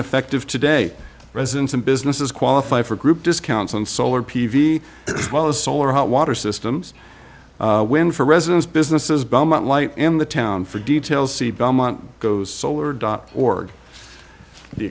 effective today residents and businesses qualify for group discounts on solar p v while the solar hot water systems wind for residents businesses belmont light and the town for details see belmont goes solar dot org the